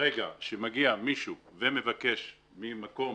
ברגע שמגיע מישהו ומבקש רישיון עסק ממקום